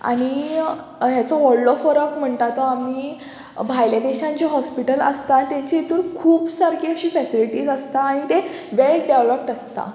आनी हाचो व्हडलो फरक म्हणटा तो आमी भायल्या देशान जे हॉस्पिटल आसता तेचे हितून खूब सारकी अशी फेसिलिटीज आसता आनी ते वेल डेवलोप्ड आसता